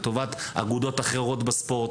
לטובת אגודות אחרות בספורט.